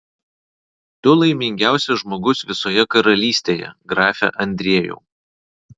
tu laimingiausias žmogus visoje karalystėje grafe andriejau